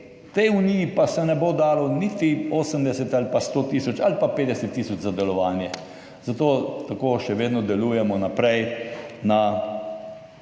tej uniji pa se ne bo dalo niti 80 ali pa 100 tisoč ali pa 50 tisoč za delovanje, zato tako še vedno delujemo naprej na,